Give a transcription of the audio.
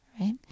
Right